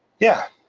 yeah.